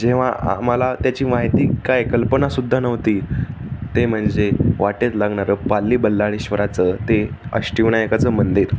जेव्हा आम्हाला त्याची माहिती काय कल्पना सुद्धा नव्हती ते म्हणजे वाटेत लागणारं पाली बल्लाळेश्वराचं ते अष्टविनायकाचं मंदिर